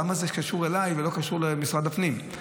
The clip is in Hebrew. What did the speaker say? למה זה קשור אליי ולא למשרד הפנים?